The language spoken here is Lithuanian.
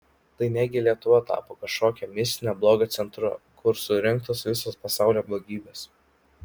tai ne gi lietuva tapo kažkokio mistinio blogio centru kur surinktos visos pasaulio blogybės